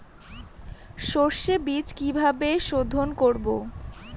সর্ষে বিজ কিভাবে সোধোন করব?